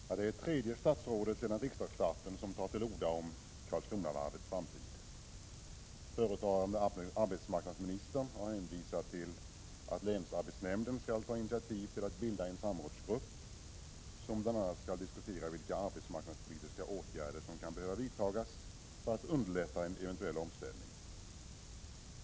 Herr talman! Det är det tredje statsrådet som, sedan riksdagsstarten, tar till orda om Karlskronavarvets framtid. Förutvarande arbetsmarknadsministern har hänvisat till att länsarbetsnämnden skall ta initiativ till att bilda en samrådsgrupp, som bl.a. skall diskutera vilka arbetsmarknadspolitiska åtgärder som kan behöva vidtas för att underlätta en eventuell omställning.